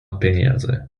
peniaze